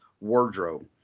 wardrobe